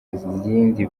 yindi